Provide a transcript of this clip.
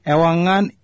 Ewangan